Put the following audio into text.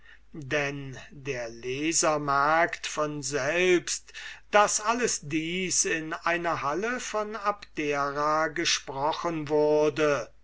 denn der leser merkt von selbst daß alles dies in einer halle von abdera gesprochen wurde